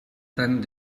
tant